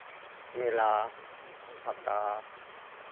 ᱢᱮᱞᱟ ᱯᱟᱛᱟ